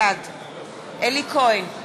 בעד אלי כהן,